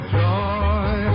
joy